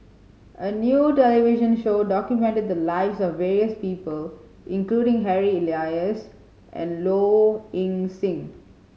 a new television show documented the lives of various people including Harry Elias and Low Ing Sing